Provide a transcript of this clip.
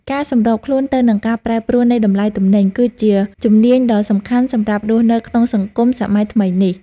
ការសម្របខ្លួនទៅនឹងការប្រែប្រួលនៃតម្លៃទំនិញ គឺជាជំនាញដ៏សំខាន់សម្រាប់រស់នៅក្នុងសង្គមសម័យថ្មីនេះ។